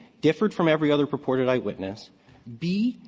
differed from every other purported eyewitness b,